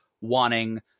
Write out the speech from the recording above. wanting